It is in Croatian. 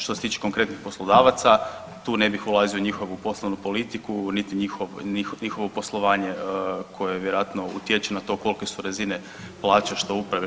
Što se tiče konkretnih poslodavaca tu ne bih ulazio u njihovu poslovnu politiku niti njihovo poslovanje koje vjerojatno utječe na to kolike su razine plaća što uprave što radnika.